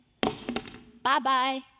bye-bye